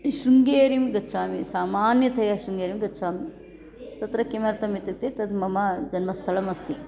शृङ्गेरिं गच्छामि सामान्यतया शृङ्गेरिं गच्छामि तत्र किमर्थम् इत्युक्ते तद् मम जन्मस्थलमस्ति